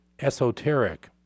esoteric